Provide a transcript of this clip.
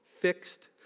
fixed